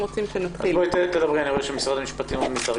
לגביו?